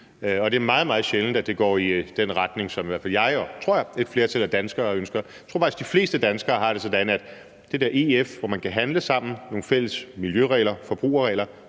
meget, meget sjældent, at det går i den retning, som i hvert fald jeg og – tror jeg – et flertal af danskere ønsker. Jeg tror faktisk, at de fleste danskere har det sådan, at det der EF, hvor man kan handle sammen, have nogle fælles miljøregler, forbrugerregler,